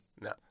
No